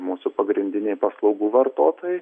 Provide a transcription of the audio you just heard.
mūsų pagrindiniai paslaugų vartotojai